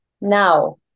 Now